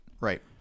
Right